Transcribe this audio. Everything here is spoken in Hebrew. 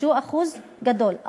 שזה אחוז גדול,